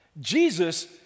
Jesus